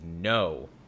no